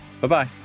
Bye-bye